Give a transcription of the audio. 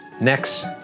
Next